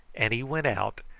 and he went out,